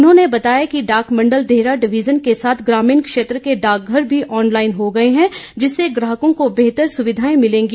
उन्होंने बताया कि डाक मंडल देहरा डिवीजन के साथ ग्रामीण क्षेत्रों के डाकघर भी ऑनलाईन हो गए हैं जिससे ग्राहकों को बेहतर सुविधाएं मिलेंगी